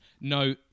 No